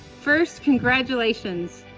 first, congratulations.